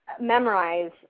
memorize